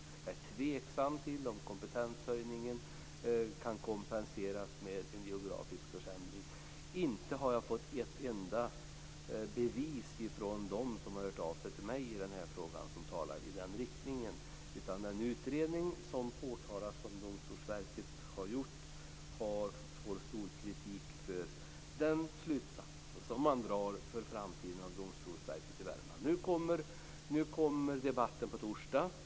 Jag är tveksam till om kompetenshöjningen kan kompensera en geografisk försämring. Jag har inte fått ett enda bevis som talar i den riktningen från dem som har hört av sig till mig i den här frågan. Den utredning som påtalas, som Domstolsverket har gjort, får stor kritik för den slutsats som man drar för framtiden när det gäller domstolsväsendet i Värmland. Nu kommer debatten på torsdag.